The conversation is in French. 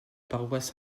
paroisse